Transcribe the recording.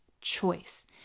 choice